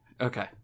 Okay